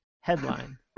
Headline